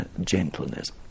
gentleness